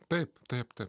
taip taip taip